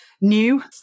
new